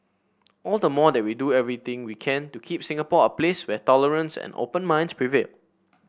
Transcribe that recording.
all the more that we do everything we can to keep Singapore a place where tolerance and open minds prevail